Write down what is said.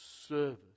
service